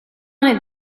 going